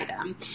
item